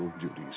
duties